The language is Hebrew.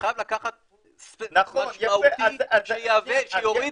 קשוב לדיון, אני אהיה